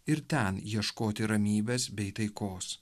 ir ten ieškoti ramybės bei taikos